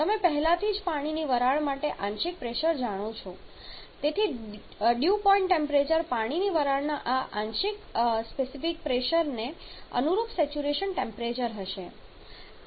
તમે પહેલાથી જ પાણીની વરાળ માટે આંશિક પ્રેશર જાણો છો જેથી ડ્યૂ પોઈન્ટનું ટેમ્પરેચર પાણીની વરાળના આ સ્પેસિફિક આંશિક પ્રેશરને અનુરૂપ સેચ્યુરેશન ટેમ્પરેચર હશે